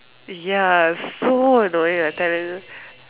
ya so annoying I tell you